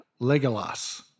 Legolas